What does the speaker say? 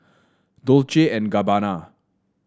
Dolce and Gabbana